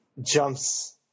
jumps